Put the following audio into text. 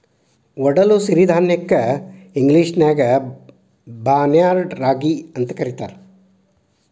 ಒಡಲು ಸಿರಿಧಾನ್ಯಕ್ಕ ಇಂಗ್ಲೇಷನ್ಯಾಗ ಬಾರ್ನ್ಯಾರ್ಡ್ ರಾಗಿ ಅಂತ ಕರೇತಾರ